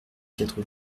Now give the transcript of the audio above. quatre